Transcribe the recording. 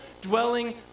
dwelling